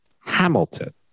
Hamilton